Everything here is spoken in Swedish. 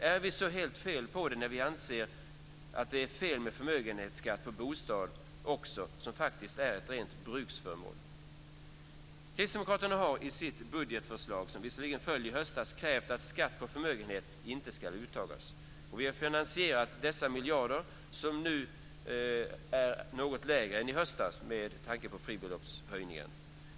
Är vi så helt fel ute när vi anser att det är fel med förmögenhetsskatt på bostäder som faktiskt är bruksföremål? Kristdemokraterna har i sitt budgetförlag, som visserligen föll i höstas, krävt att skatt på förmögenhet inte ska tas ut. Vi har finansierat dessa 5 miljarder, som nu är något lägre efter höjningen av fribeloppen.